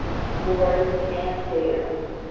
sports, and dance.